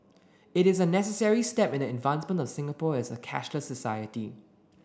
it is a necessary step in the advancement of Singapore as a cashless society